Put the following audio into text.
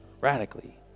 radically